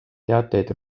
teateid